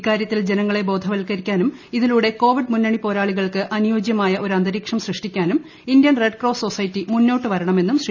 ഇക്കാര്യത്തിൽ ജനങ്ങളെ ബോധവൽക്കരിക്കാനും ഇതിലൂടെ കോവിഡ് മുന്നണിപോരാളികൾക്ക് അനുയോജ്യമായ ഒരു അന്തരീക്ഷം സൃഷ്ടിക്കാനും ഇന്ത്യൻ റെഡ് ക്രോസ് സൊസൈറ്റി മുന്നോട്ട് വരണമെന്നും ശ്രീ